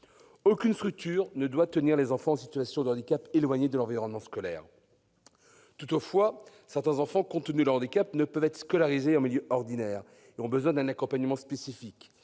Aucune structure ne doit tenir les enfants en situation de handicap éloignés de l'environnement scolaire. Toutefois, certains enfants, compte tenu de leur handicap, ne peuvent être scolarisés qu'en milieu adapté ou grâce à un accompagnement scolaire